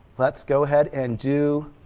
let's go ahead, and do